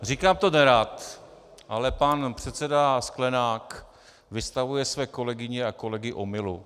Říkám to nerad, ale pan předseda Sklenák vystavuje své kolegyně a kolegy omylu.